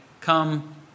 come